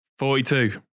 42